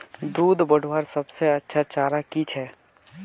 दूध बढ़वार सबसे अच्छा चारा की छे?